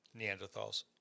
Neanderthals